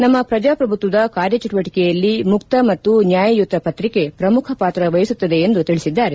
ನಮ್ಮ ಪ್ರಜಾಪ್ರಭುತ್ವದ ಕಾರ್ಯಚಟುವಟಿಕೆಯಲ್ಲಿ ಮುಕ್ತ ಮತ್ತು ನ್ನಾಯಯುತ ಪತ್ರಿಕೆ ಪ್ರಮುಖ ಪಾತ್ರ ವಹಿಸುತ್ತದೆ ಎಂದು ತಿಳಿಸಿದ್ದಾರೆ